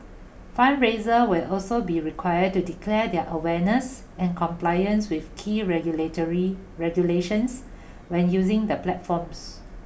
fundraiser will also be required to declare their awareness and compliance with key regulatory regulations when using the platforms